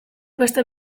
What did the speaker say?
beste